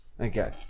Okay